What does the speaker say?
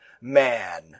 man